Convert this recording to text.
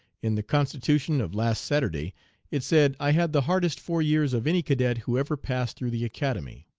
in the constitution of last saturday it said i had the hardest four years of any cadet who ever passed through the academy.